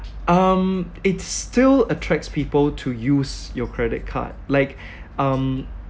um it still attracts people to use your credit card like um